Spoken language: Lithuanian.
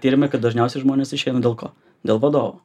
tyrimai kad dažniausiai žmonės išeina dėl ko dėl vadovų